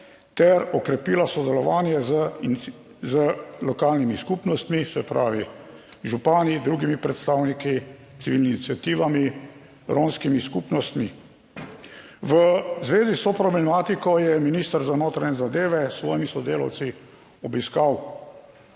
ter okrepila sodelovanje z lokalnimi skupnostmi, se pravi župani, drugimi predstavniki, civilnimi iniciativami, romskimi skupnostmi. V zvezi s to problematiko je minister za notranje zadeve s svojimi sodelavci obiskal,